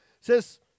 says